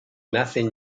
nacen